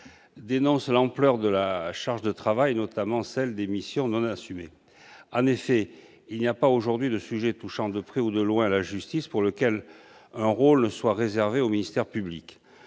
dénonce la lourdeur de la charge de travail, notamment de celle des missions non assumées. En effet, on ne trouve aujourd'hui aucun domaine touchant de près ou de loin la justice dans lequel un rôle ne soit réservé au ministère public.